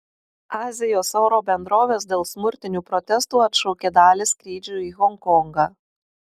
azijos oro bendrovės dėl smurtinių protestų atšaukė dalį skrydžių į honkongą